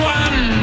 one